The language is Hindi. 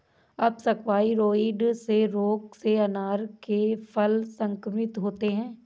अप्सकवाइरोइड्स रोग से अनार के फल संक्रमित होते हैं